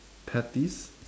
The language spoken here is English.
patties